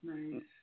Nice